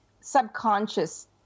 subconscious